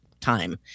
time